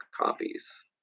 copies